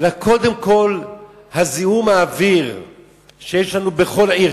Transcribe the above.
אלא קודם כול זיהום האוויר שיש לנו בכל עיר,